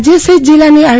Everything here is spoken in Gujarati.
ઓ રાજય સફિત જિલ્લાની આર